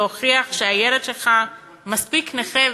להוכיח שהילד שלך מספיק נכה,